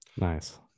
Nice